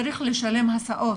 צריך לשלם הסעות,